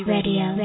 Radio